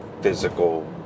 physical